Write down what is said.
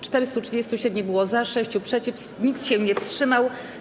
437 było za, 6 - przeciw, nikt się nie wstrzymał.